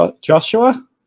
Joshua